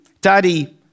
Daddy